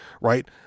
right